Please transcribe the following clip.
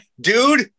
dude